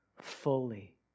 fully